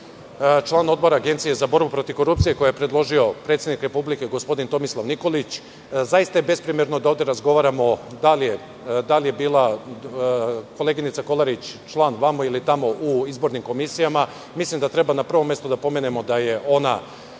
člana Odbora Agencije za borbu protiv korupcije koju je predložio predsednik Republike, gospodin Tomislav Nikolić. Zaista je besprimerno da ovde razgovaramo da li je bila koleginica Kolarić član ovamo ili tamo u izbornim komisijama. Mislim da treba na prvom mestu da pomenemo da je ona